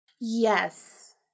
Yes